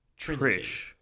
Trish